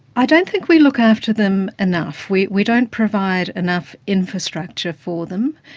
i don't think we look after them enough. we we don't provide enough infrastructure for them.